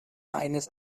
eines